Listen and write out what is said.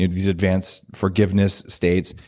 ah these advanced forgiveness states,